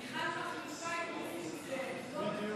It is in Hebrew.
מיכל מחליפה את נסים זאב.